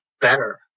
better